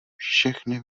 všechny